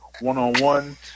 one-on-one